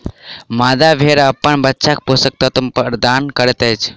मादा भेड़ अपन बच्चाक पोषक तत्व प्रदान करैत अछि